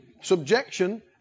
Subjection